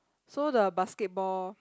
so the basketball